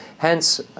Hence